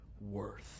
worth